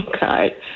God